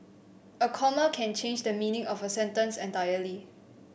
a comma can change the meaning of a sentence entirely